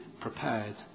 prepared